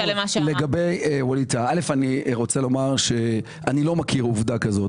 לגבי ווליד טאהא, איני מכיר עובדה כזו.